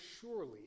surely